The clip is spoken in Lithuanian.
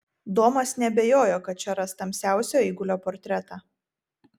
domas neabejojo kad čia ras tamsiausią eigulio portretą